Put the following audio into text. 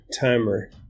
timer